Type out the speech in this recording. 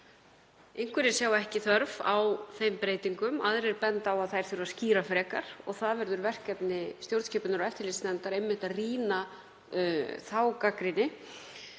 Einhverjir sjá ekki þörf á þeim breytingum, aðrir benda á að þær þurfi að skýra frekar, og það verður verkefni stjórnskipunar- og eftirlitsnefndar að rýna þá gagnrýni.